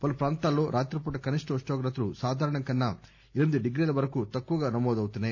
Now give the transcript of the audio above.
పలు ప్రాంతాల్లో రాత్రి పూట కనిష్ట ఉష్ణోగ్రతలు సాధారణం కన్నా ఎనిమిది డిగ్రీల వరకు తక్కువగా నమోదు అవుతున్నాయి